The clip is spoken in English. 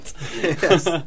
Yes